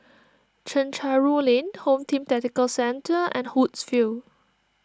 Chencharu Lane Home Team Tactical Centre and Woodsville